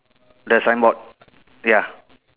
the sign board ya